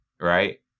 right